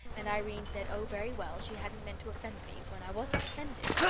and irene said, oh very well, she hadn't meant to offend me when i wasn't offended.